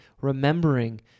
remembering